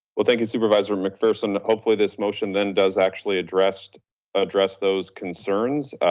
but thank you, supervisor mcpherson. hopefully this motion then does actually address address those concerns.